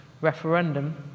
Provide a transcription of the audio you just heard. referendum